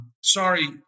sorry